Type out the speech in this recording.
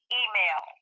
email